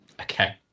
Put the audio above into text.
Okay